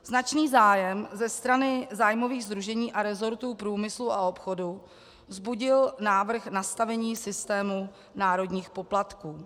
Značný zájem ze strany zájmových sdružení a resortů průmyslu a obchodu vzbudil návrh nastavení systému národních poplatků.